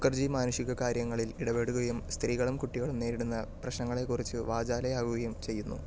മുഖർജി മാനുഷികകാര്യങ്ങളിൽ ഇടപെടുകയും സ്ത്രീകളും കുട്ടികളും നേരിടുന്ന പ്രശ്നങ്ങളെക്കുറിച്ച് വാചാലയാകുകയും ചെയ്യുന്നു